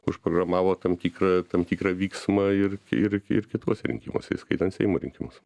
užprogramavo tam tikrą tam tikrą vyksmą ir ir ir kituose rinkimuose įskaitant seimo rinkimus